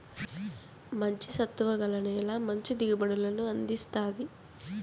మంచి సత్తువ గల నేల మంచి దిగుబడులను అందిస్తాది